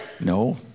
No